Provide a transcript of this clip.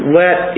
let